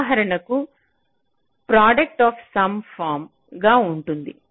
ఉదాహరణకు product of sum form గా ఉంటుంది